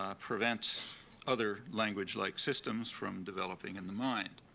ah prevents other language like systems from developing in the mind.